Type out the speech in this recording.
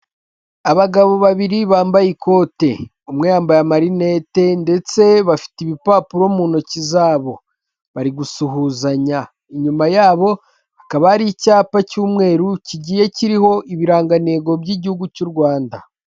Abagabo babiri bambaye ikote, umwe yambaye amarinete ndetse bafite ibipapuro mu ntoki zabo, bari gusuhuzanya, inyuma yabo hakaba kari icyapa cy'umweru, kigiye kiriho ibirangantego by'igihugu cy'u Rwanda.